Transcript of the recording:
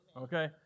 Okay